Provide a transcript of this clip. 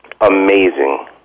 Amazing